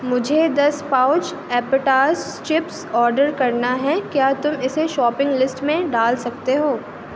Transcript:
مجھے دس پاؤچ اپیٹاس چپس آڈر کرنا ہے کیا تم اسے شاپنگ لیسٹ میں ڈال سکتے ہو